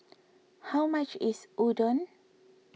how much is Udon